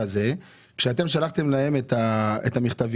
כשאתם שלחתם להם את המכתבים,